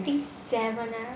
I think seven ah